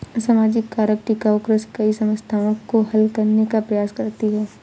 सामाजिक कारक टिकाऊ कृषि कई समस्याओं को हल करने का प्रयास करती है